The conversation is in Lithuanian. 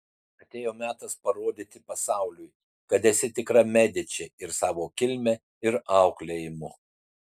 atėjo metas parodyti pasauliui kad esi tikra mediči ir savo kilme ir auklėjimu